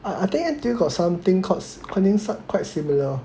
I I think N_T_U got something called quite similar